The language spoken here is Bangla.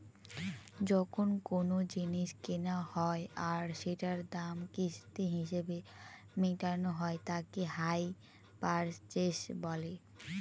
যখন কোনো জিনিস কেনা হয় আর সেটার দাম কিস্তি হিসেবে মেটানো হয় তাকে হাই পারচেস বলে